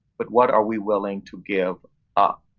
but what are we willing to give up.